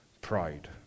pride